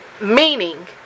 Meaning